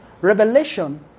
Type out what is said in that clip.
Revelation